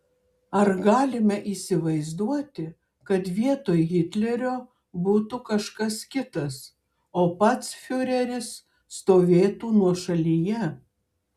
ar galime įsivaizduoti kad vietoj hitlerio būtų kažkas kitas o pats fiureris stovėtų nuošalyje